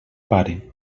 pare